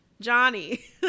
Johnny